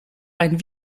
ein